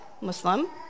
Muslim